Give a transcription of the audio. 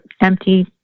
empty